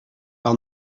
par